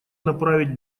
направить